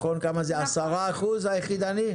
כמה מהווה הדואר היחידני, 10%?